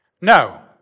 No